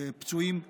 פצועים בקרב.